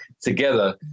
together